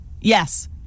yes